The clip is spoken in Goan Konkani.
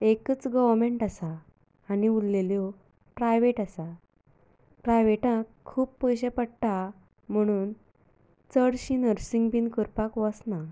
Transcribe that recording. एकूच गोर्वनमेंट आसा आनी उरिल्ल्यो प्रायवेट आसात प्रायवेटांत खूब पयशे पडटात म्हणून चडशीं नर्सिंग बी करपाक वचना